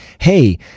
Hey